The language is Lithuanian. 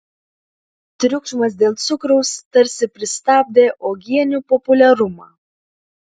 triukšmas dėl cukraus tarsi pristabdė uogienių populiarumą